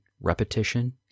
repetition